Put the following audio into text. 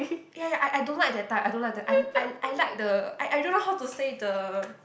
ya ya I I don't like that type I don't like the I I I like the I I don't know how to say the